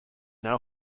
now